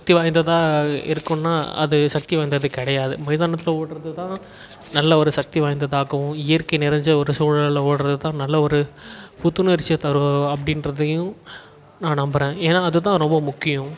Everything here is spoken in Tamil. சக்தி வாய்ந்ததாக இருக்குதுன்னா அது சக்தி வாய்ந்தது கிடையாது மைதானத்தில் ஓடுறதுதான் நல்ல ஒரு சக்தி வாய்ந்ததாகவும் இயற்கை நிறஞ்ச ஒரு சூழலில் ஓடுறதுதான் நல்ல ஒரு புத்துணர்ச்சியை தரும் அப்படின்றதையும் நான் நம்புகிறேன் ஏனால் அதுதான் ரொம்ப முக்கியம்